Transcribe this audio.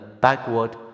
backward